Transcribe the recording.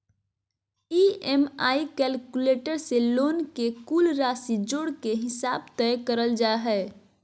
EMI calculator से loan के कुल राशि जोड़ के हिसाब तय करल जा हय